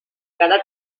cada